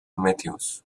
mathews